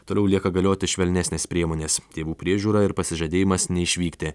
toliau lieka galioti švelnesnės priemonės tėvų priežiūra ir pasižadėjimas neišvykti